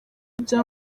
bya